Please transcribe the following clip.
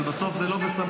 אבל בסוף זה לא בסמכות.